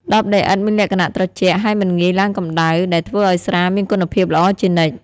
ដបដីឥដ្ឋមានលក្ខណៈត្រជាក់ ហើយមិនងាយឡើងកម្ដៅ ដែលធ្វើឱ្យស្រាមានគុណភាពល្អជានិច្ច។